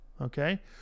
okay